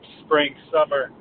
spring-summer